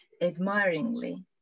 admiringly